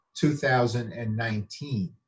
2019